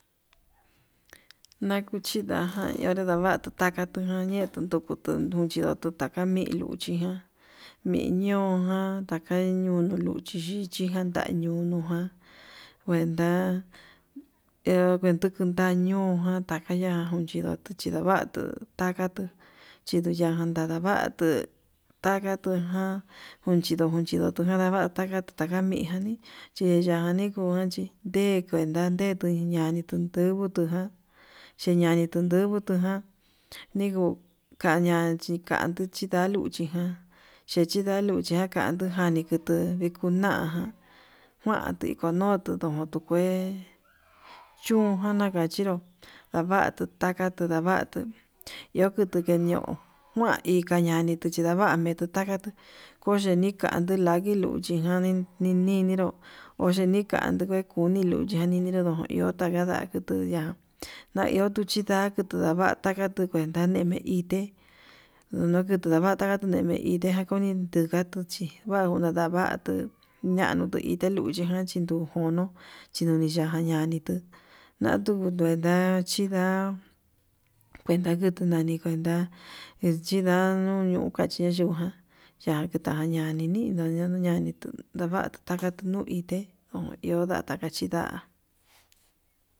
Nakuchi ndaján ndadava takatu nañe'e tun tukutu xhindoto taka milo'o chijan niñoján, taka ñono luchi chiyikan tañuu ñunujan kuenta endu undu kundañiu kuan takaya nduchi ndo'o tuchi ndavatuu takatuu yajan ndadavatuu takatuu jan konchido konchido takadavata, tataka ngatu takami janii chiyani kuanchi nde kuenta ne'e yani tunduu nduvutu ján, cheñani tundubutu ján ninguu kaña nikanduu chinda'a luchi nguan chechi ndatuchi jan kandu jani kutu njuna kuanti kodo tuno'o tu kue chún nakachinró ndavatu katatu navatu, iho kutu kee ñou kuan inka nami ndavametu takatuu konyendi kandii langui niluchi janii ni nininró oyenikandi kueni luchi yanininro iho ndadagatuya ndaio kuchi nda'á, tudava katuu kuenta ni'í dede hite ndunuu kada kuandu ne'e ndeden ite kuan tutendanatu chí vauu unadava'a tuu dañunutu ité luchí inda chikun njono'o, chinduji ñana nani tuu nanduku ndendua chí chinda kuenta kutu nani nda inchi ndanuu ñuu kate yukan yata ñani nindo'ó ya yanitu ndavatu takatu nuie yunu takachi nda'a.